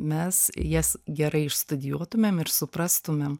mes jas gerai išstudijuotumėm ir suprastumėm